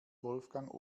wolfgang